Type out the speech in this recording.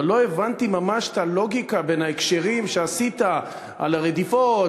אבל לא הבנתי ממש את הלוגיקה בהקשרים שעשית על הרדיפות,